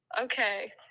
Okay